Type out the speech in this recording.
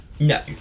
No